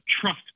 trust